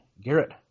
Garrett